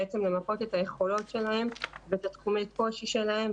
למפות את היכולות שלהם ואת תחומי הקושי שלהם,